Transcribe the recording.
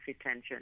attention